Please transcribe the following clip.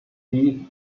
leeds